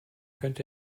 könne